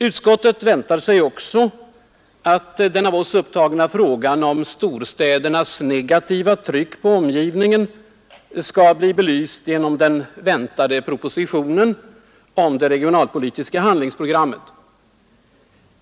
Utskottet väntar sig också, att den av oss upptagna frågan om storstädernas negativa tryck på omgivningen skall bli belyst genom den väntade propositionen om det regionalpolitiska handlingsprogrammet.